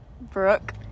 Brooke